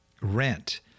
rent